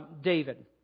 David